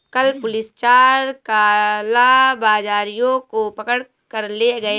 कल पुलिस चार कालाबाजारियों को पकड़ कर ले गए